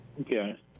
Okay